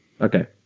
Okay